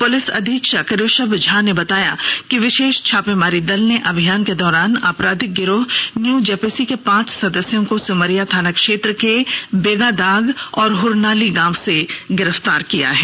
police अधीक्षक ऋषव झा द्वारा गठित विशेष छापेमारी दल ने अभियान के दौरान अपराधिक गिरोह न्यू जेपीसी के पांच सदस्यों को सिमरिया थाना क्षेत्र के बोगादाग और हरनाली गांव से गिरफ्तार किया है